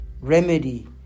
remedy